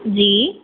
जी